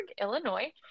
Illinois